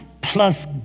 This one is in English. plus